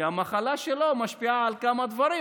כי המחלה משפיעה על כמה דברים,